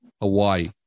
Hawaii